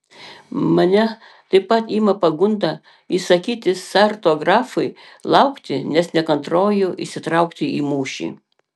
mane taip pat ima pagunda įsakyti sarto grafui laukti nes nekantrauju įsitraukti į mūšį